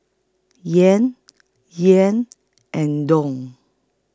Yen Yen and Dong